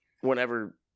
whenever